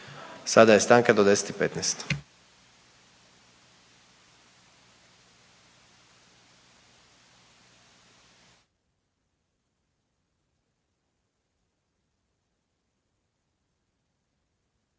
Sada je stanka do 10 i 15.